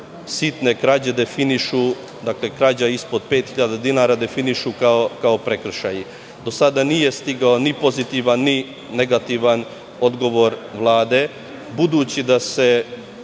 sitne krađe definišu, dakle, krađa ispod pet hiljada dinara, definišu kao prekršaji. Do sada nije stigao ni pozitivan ni negativan odgovor Vlade. Budući da se